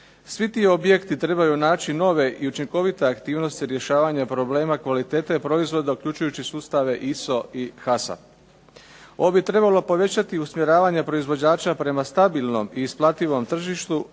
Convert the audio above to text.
Svi ti objekti trebaju naći nove i učinkovite aktivnosti rješavanja problema kvalitete proizvoda uključujući sustave ISO i HASAP. Ovo bi trebalo povećati usmjeravanje proizvođača prema stabilnom i isplativom tržištu,